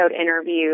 interview